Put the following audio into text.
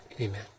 Amen